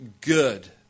good